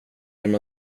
genom